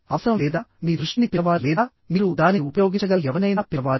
అవసరం లేదా మీ దృష్టిని పిలవాలి లేదా మీరు దానిని ఉపయోగించగల ఎవరినైనా పిలవాలి